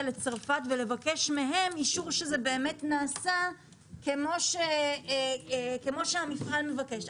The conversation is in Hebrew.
לצרפת ולבקש מהם אישור שזה באמת נעשה כמו שהמפעל מבקש.